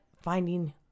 finding